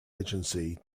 agency